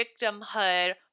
victimhood